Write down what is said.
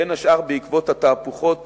בין השאר בעקבות התהפוכות